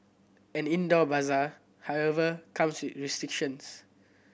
an indoor bazaar however comes with restrictions